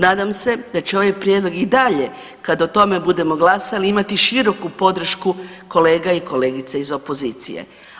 Nadam se da će ovaj prijedlog i dalje kada o tome budemo glasali imati široku podršku kolega i kolegica iz opozicije.